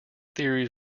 theories